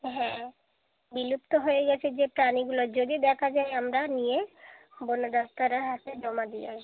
হ্যাঁ বিলুপ্ত হয়ে গেছে যে প্রাণীগুলো যদি দেখা যায় আমরা নিয়ে বন দপ্তরের হাতে জমা দিয়ে আসবো